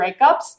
breakups